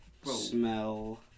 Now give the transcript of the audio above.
Smell